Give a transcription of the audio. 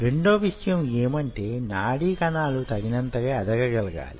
రెండవ విషయం యేమంటే నాడీ కణాలు తగినంతగా ఎదగగలగాలి